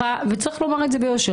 וצריך לומר את זה ביושר,